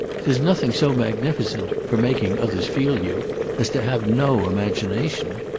there's nothing so magnificent for making others feel you as to have no imagination.